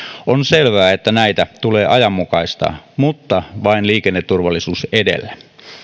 on selvää että näitä tulee ajanmukaistaa mutta vain liikenneturvallisuus edellä